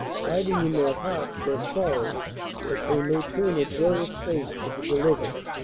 hiding in their hearts their sorrows that they may turn a joyous face to the deliverer.